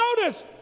notice